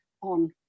on